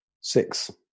six